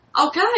Okay